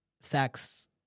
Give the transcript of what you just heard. sex